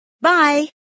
Bye